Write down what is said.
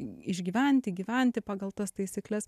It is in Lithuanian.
išgyventi gyventi pagal tas taisykles